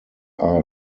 are